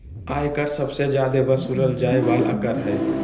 आय कर सबसे जादे वसूलल जाय वाला कर हय